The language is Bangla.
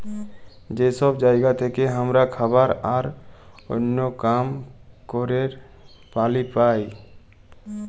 যে সব জায়গা থেক্যে হামরা খাবার আর ওল্য কাম ক্যরের পালি পাই